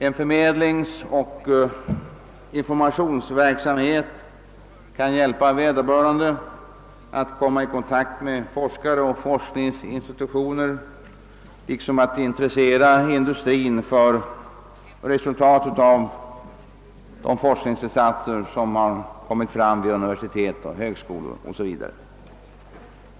En förmedlingsoch informationsverksamhet kan hjälpa vederbörande att komma i kontakt med forskare och forskningsinstitutioner liksom att intressera industrin för resultat av de forskningsinsatser som har gjorts vid universitet och högskolor 0. s. v.